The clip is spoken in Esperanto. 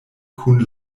kun